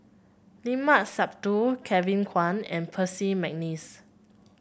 Limat Sabtu Kevin Kwan and Percy McNeice